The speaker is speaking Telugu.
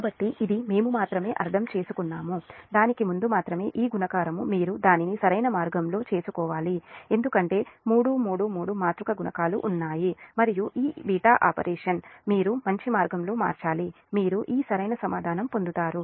కాబట్టి ఇది మేము మాత్రమే అర్థం చేసుకున్నాము దీనికి ముందు మాత్రమే ఈ గుణకారం మీరు దానిని సరైన మార్గంలో చేసుకోవాలి ఎందుకంటే 3 మూడు 3 మాతృక గుణకాలు ఉన్నాయి మరియు ఈ β ఆపరేషన్ β ఆపరేషన్ మీరు మంచి మార్గంలో మార్చాలి మీరు ఈ సరైన సమాధానం పొందుతారు